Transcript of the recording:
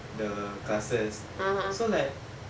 the classes so like